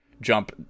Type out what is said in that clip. jump